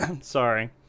sorry